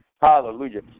hallelujah